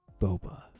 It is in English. boba